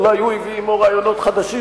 אולי הוא הביא עמו רעיונות חדשים,